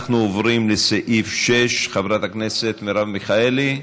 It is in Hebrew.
אנחנו עוברים לסעיף 6. חברת הכנסת מרב מיכאלי,